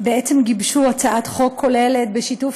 בעצם גיבשו הצעת חוק כוללת בשיתוף